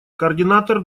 координатор